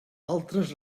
altres